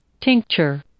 Tincture